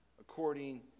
according